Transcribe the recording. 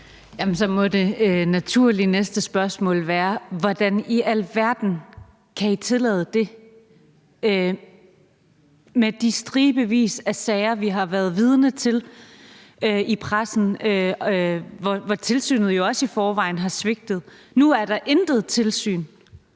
helt naturligt være: Hvordan i alverden kan I tillade det med de stribevis af sager, vi har været vidne til, og som er blevet beskrevet i pressen, og hvor tilsynet jo også i forvejen har svigtet? Nu er der intet tilsyn.